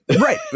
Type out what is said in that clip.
right